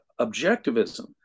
objectivism